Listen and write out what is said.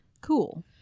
Cool